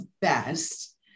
best